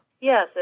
Yes